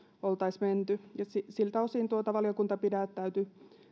oltaisiin menty ja siltä osin valiokunta pidättäytyi